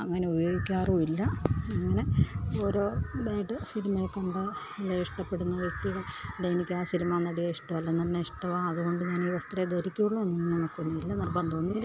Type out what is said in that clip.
അങ്ങനെ ഉപയോഗിക്കാറുമില്ല അങ്ങനെ ഓരോ ഇതായിട്ട് സിനിമയിൽ കണ്ട ഇത് ഇഷ്ടപ്പെടുന്ന വ്യക്തികൾ അല്ലെങ്കിൽ എനിക്കാ സിനിമ നടിയെ ഇഷ്ടമല്ലേയെന്ന് പറഞ്ഞാൽ ഇഷ്ടമാ അത് കൊണ്ട് ഞാനീ വസ്ത്രമേ ധരിക്കൂളളൂ എന്നൊന്നും നമുക്കൊന്നുമില്ല നിർബന്ധമൊന്നുമില്ല